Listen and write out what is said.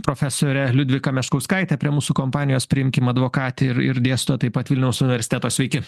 profesorė liudvika meškauskaitė prie mūsų kompanijos priimkim advokatė ir ir dėsto taip pat vilniaus universiteto sveiki